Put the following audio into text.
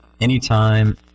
Anytime